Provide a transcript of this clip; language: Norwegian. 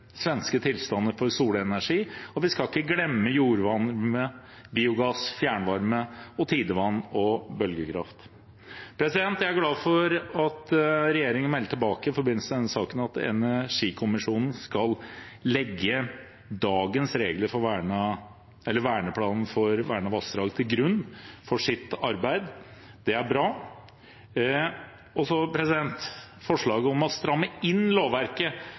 svenske tilstander for solenergi, og vi skal ikke glemme jordvarme, biogass, fjernvarme, tidevann og bølgekraft. Jeg er glad for at regjeringen melder tilbake i forbindelse med denne saken at energikommisjonen skal legge dagens regler i verneplanen for vernede vassdrag til grunn for sitt arbeid. Det er bra. Forslaget om å stramme inn lovverket